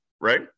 right